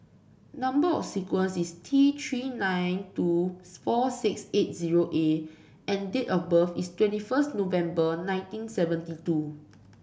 number sequence is T Three nine two four six eight zero A and date of birth is twenty first November nineteen seventy two